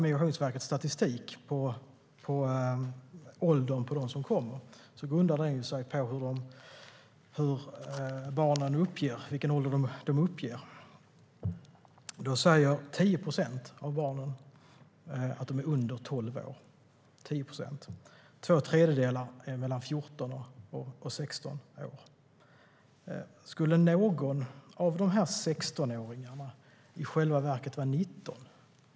Migrationsverkets statistik över åldern på dem som kommer grundar sig på vilken ålder barnen uppger. 10 procent av barnen säger att de är under 12 år. Två tredjedelar är mellan 14 och 16 år. Skulle någon 16-åring eller 17-åring i själva verket kunna vara 19 år?